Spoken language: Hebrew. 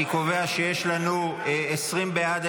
אני קובע שיש לנו 20 בעד,